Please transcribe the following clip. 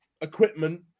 equipment